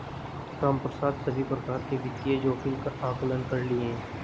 रामप्रसाद सभी प्रकार के वित्तीय जोखिम का आंकलन कर लिए है